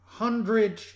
hundred